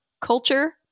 culture